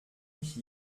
mich